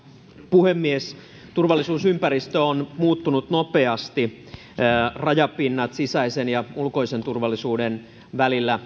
puhemies turvallisuusympäristö on muuttunut nopeasti myös rajapinnat sisäisen ja ulkoisen turvallisuuden välillä